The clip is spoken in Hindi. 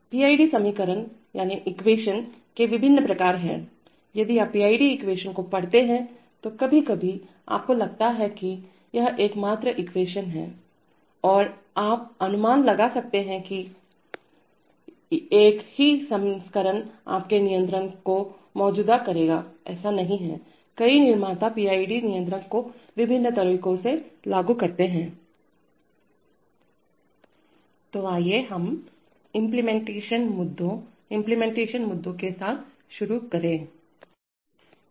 PID समीकरणएक्वेशन के विभिन्न प्रकार हैं यदि आप PID समीकरणएक्वेशन को पढ़ते हैं तो कभी कभी आपको लगता है कि यह एकमात्र संस्करण है और आप अनुमान लगा सकते हैं कि एक ही संस्करण आपके नियंत्रक को मौजूदा करेगा ऐसा नहीं है कई निर्माता पीआईडी नियंत्रक को विभिन्न तरीकों से लागू करते हैं और आपको यह समझने की आवश्यकता है कि लाभ प्राप्त करने से पहले पीआईडी नियंत्रक कार्यान्वयनइम्प्लीमेंटेशन की प्रमुख व्यावहारिक विशेषताओं का वर्णन करें यदि आप एक पीआईडी नियंत्रक बनाना चाहते हैं तो कुछ निश्चित तथ्य हैं जिन पर आपको ध्यान देने की आवश्यकता है